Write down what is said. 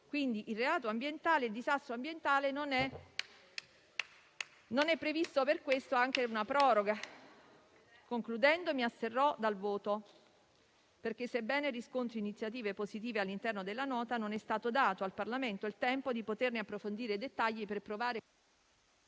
Per il reato ambientale e il disastro ambientale non è prevista una proroga. Concludendo, mi asterrò dal voto perché, sebbene riscontri iniziative positive all'interno della Nota, non è stato dato al Parlamento il tempo di poter approfondire i dettagli.